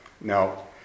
Now